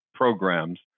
Programs